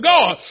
God